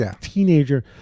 teenager